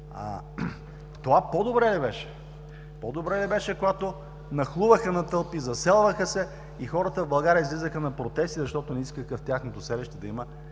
Това по-добре ли беше? По-добре ли беше, когато нахлуваха на тълпи, заселваха се и хората в България излизаха на протести, защото не искаха в тяхното селище да има